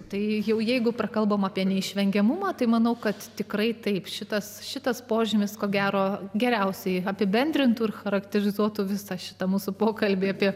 tai jau jeigu prakalbom apie neišvengiamumą tai manau kad tikrai taip šitas šitas požymis ko gero geriausiai apibendrintų ir charakterizuotų visą šitą mūsų pokalbį apie